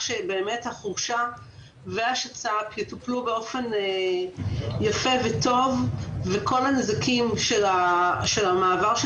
שבאמת החורשה והשצ"פ יטופלו באופן יפה וטוב וכל הנזקים של המעבר של